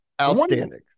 outstanding